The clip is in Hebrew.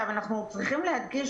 אנחנו צריכים להדגיש,